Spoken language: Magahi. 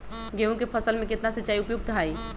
गेंहू के फसल में केतना सिंचाई उपयुक्त हाइ?